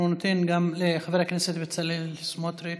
ניתן גם לחבר הכנסת בצלאל סמוטריץ'.